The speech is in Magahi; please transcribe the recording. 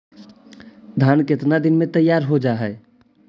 धान केतना दिन में तैयार हो जाय है?